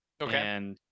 Okay